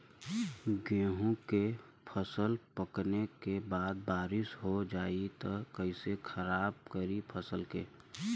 गेहूँ के फसल पकने के बाद बारिश हो जाई त कइसे खराब करी फसल के?